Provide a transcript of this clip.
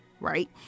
right